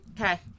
Okay